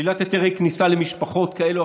שלילת היתרי כניסה למשפחות כאלה או